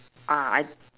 ah I